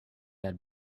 had